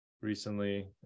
recently